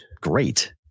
great